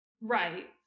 Right